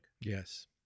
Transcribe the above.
Yes